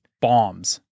bombs